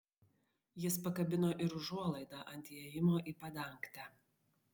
jis pakabino ir užuolaidą ant įėjimo į padangtę